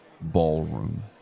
ballroom